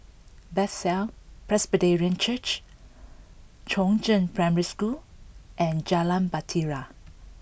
Bethel Presbyterian Church Chongzheng Primary School and Jalan Bahtera